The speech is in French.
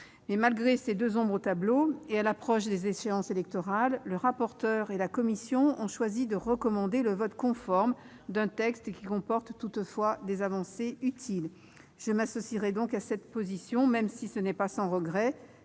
Malgré ces deux ombres au tableau, et à l'approche des échéances électorales, le rapporteur et la commission ont choisi de recommander le vote conforme d'un texte qui comporte des avancées utiles. Je m'associe à cette position, mais non sans regrets,